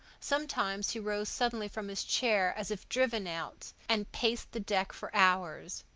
sometimes he rose suddenly from his chair as if driven out, and paced the deck for hours.